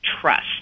trust